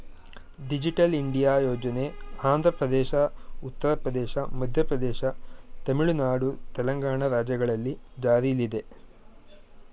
digital India ಯೋಜನೆ ಆಂಧ್ರಪ್ರದೇಶ, ಉತ್ತರ ಪ್ರದೇಶ, ಮಧ್ಯಪ್ರದೇಶ, ತಮಿಳುನಾಡು, ತೆಲಂಗಾಣ ರಾಜ್ಯಗಳಲ್ಲಿ ಜಾರಿಲ್ಲಿದೆ